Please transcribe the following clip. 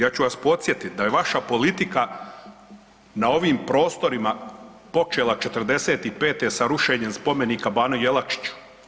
Ja ću vas podsjetiti da je vaša politika na ovim prostorima počela '45. sa rušenjem spomenika banu Jelačiću.